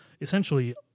essentially